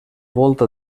volta